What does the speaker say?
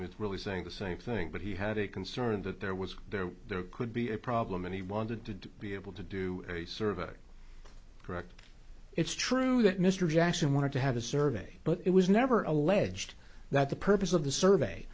was really saying the same thing but he had a concern that there was there there could be a problem and he wanted to be able to do a survey correct it's true that mr jackson wanted to have a survey but it was never alleged that the purpose of the survey